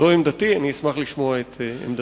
זו עמדתי, אני אשמח לשמוע את עמדתך.